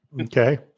Okay